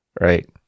Right